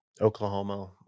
Oklahoma